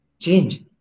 change